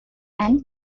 and